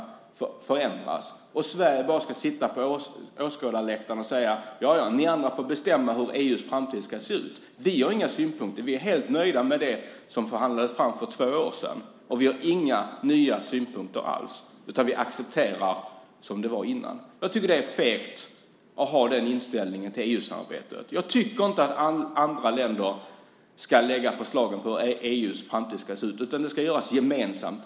Jag undrar om Sverige bara ska sitta på åskådarläktaren och säga: Ni får bestämma hur EU:s framtid ska se ut. Vi har inga synpunkter. Vi är helt nöjda med det som förhandlades fram för två år sedan. Vi har inga nya synpunkter alls. Vi accepterar det som var innan. Jag tycker att det är fegt att ha den inställningen till EU-samarbetet. Jag tycker inte att andra länder ska lägga fram förslag på hur EU:s framtid ska se ut. Det ska göras gemensamt.